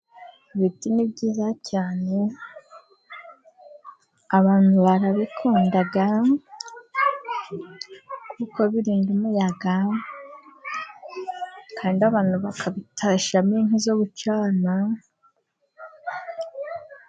Ibiti ni byiza cyane, abantu barabikunda, kuko birinda umuyaga, kandi abantu bakabitashyamo inkwi zo gucana.